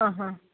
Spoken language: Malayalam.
ആ ഹാ